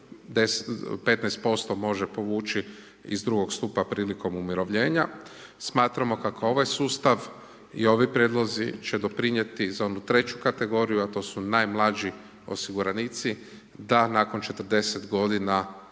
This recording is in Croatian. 15% može povući iz drugog stupa prilikom umirovljenja. Smatramo kako ovaj sustav i ovi prijedlozi će doprinijeti za onu treću kategoriju a to su najmlađi osiguranici da nakon 40 godina